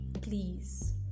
please